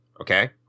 okay